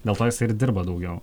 dėl to jisai ir dirba daugiau